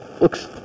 looks